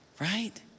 right